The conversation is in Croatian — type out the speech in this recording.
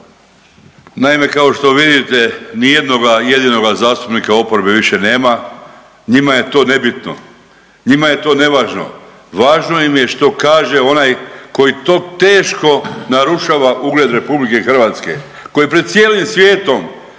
Naime, kao što vidite nijednoga jedinoga zastupnika oporbe više nema, njima je to nebitno, njima je to nevažno. Važno im je što kaže onaj koji to teško narušava ugled RH koji pred cijelim svijetom